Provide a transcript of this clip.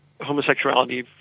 homosexuality